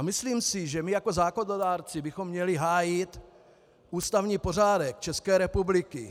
Myslím si, že my jako zákonodárci bychom měli hájit ústavní pořádek České republiky.